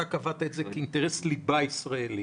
אתה קבעת את זה כאינטרס ליבה ישראלי